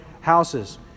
houses